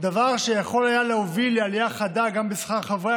דבר שיכול היה להוביל לעלייה חדה גם בשכר חברי